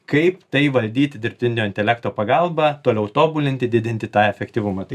kaip tai valdyti dirbtinio intelekto pagalba toliau tobulinti didinti tą efektyvumą tai